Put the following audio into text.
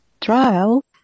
Trial